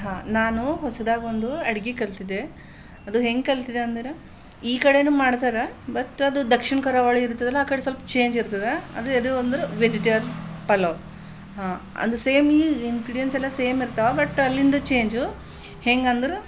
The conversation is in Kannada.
ಹಾಂ ನಾನು ಹೊಸದಾಗಿ ಒಂದು ಅಡ್ಗೆ ಕಲ್ತಿದೆ ಅದು ಹೆಂಗೆ ಕಲ್ತಿದೆ ಅಂದರೆ ಈ ಕಡೆನೂ ಮಾಡ್ತಾರೆ ಬಟ್ ಅದು ದಕ್ಷಿಣ ಕರಾವಳಿ ಇರ್ತದಲ್ಲ ಆ ಕಡೆ ಸ್ವಲ್ಪ ಚೇಂಜ್ ಇರ್ತದೆ ಅದು ಎದು ಅಂದ್ರೆ ವೆಜಿಟೇಬಲ್ ಪಲಾವ್ ಹಾಂ ಅದು ಸೇಮ್ ಇನ್ಗ್ರೀಡಿಯಂಟ್ಸ್ ಎಲ್ಲ ಸೇಮ್ ಇರ್ತವೆ ಬಟ್ ಅಲ್ಲಿಂದು ಚೇಂಜು ಹೆಂಗಂದ್ರೆ